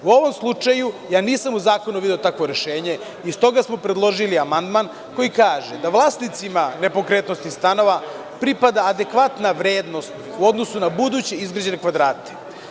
U ovom slučaju, ja nisam u Zakonu video takvo rešenje, smo predložili amandman koji kaže da vlasnicima nepokretnosti stanova pripada adekvatna vrednost u odnosu na budući izgrađene kvadrate.